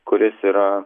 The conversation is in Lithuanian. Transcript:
kuris yra